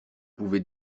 pouvez